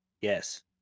Yes